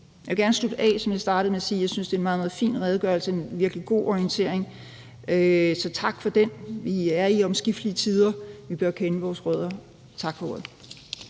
Jeg vil gerne slutte af, som jeg startede, med at sige: Jeg synes, det er en meget, meget fin redegørelse, en virkelig god orientering, så tak for den. Vi er i omskiftelige tider. Vi bør kende vores rødder. Tak for ordet.